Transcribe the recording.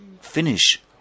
finish